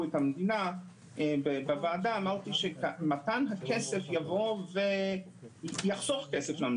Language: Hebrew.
את המדינה בוועדה שמתן הכסף יחסוך כסף.